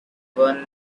won